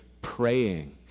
praying